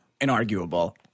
inarguable